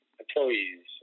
employees